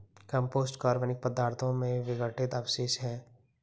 compost कार्बनिक पदार्थों के विघटित अवशेष हैं